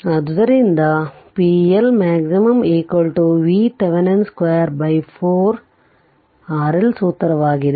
ಆದ್ದರಿಂದ ಇದು pLmax VThevenin 2 by 4 RL ಸೂತ್ರವಾಗಿದೆ